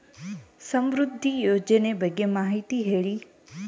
ಸಮೃದ್ಧಿ ಯೋಜನೆ ಬಗ್ಗೆ ಮಾಹಿತಿ ಹೇಳಿ?